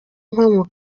impamo